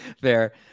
Fair